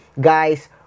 guys